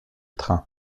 train